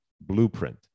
blueprint